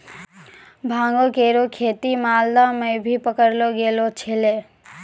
भांगो केरो खेती मालदा म भी पकड़लो गेलो छेलय